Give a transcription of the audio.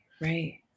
Right